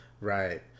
Right